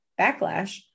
backlash